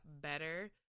better